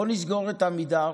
בואו נסגור את עמידר,